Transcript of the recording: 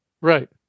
Right